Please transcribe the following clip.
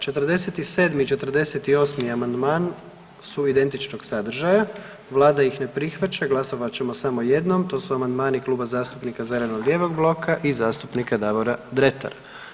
47. i 48. amandman su identičnog sadržaja, Vlada ih ne prihvaća, glasovat ćemo samo jednom, to su amandmani Kluba zastupnika zeleno-lijevog bloka i zastupnika Davora Dretara.